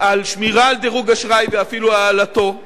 על שמירה על דירוג אשראי ואפילו על העלאתו,